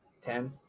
Ten